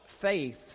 faith